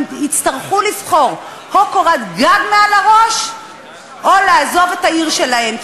הם יצטרכו לבחור: או קורת גג מעל הראש ולעזוב את העיר שלהם,